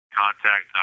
contact